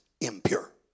impure